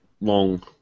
long